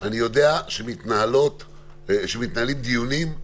אני יודע שמתנהלים דיונים,